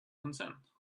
consent